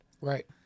Right